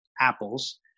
apples